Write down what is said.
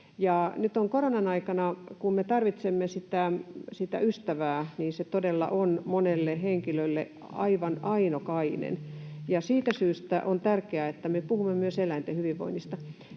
koronan aikana, kun me tarvitsemme ystävää, se todella on monelle henkilölle aivan ainokainen, ja siitä syystä on tärkeää, että me puhumme myös eläinten hyvinvoinnista.